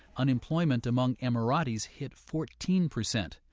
unemployment among emiratis hit fourteen percent.